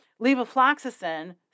Levofloxacin